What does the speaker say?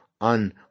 on